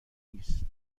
نیست